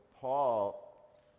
Paul